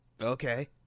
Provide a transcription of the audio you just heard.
Okay